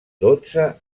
dotze